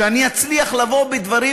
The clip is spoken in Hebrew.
שאני אצליח לבוא בדברים,